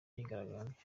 myigaragambyo